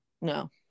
no